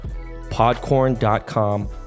podcorn.com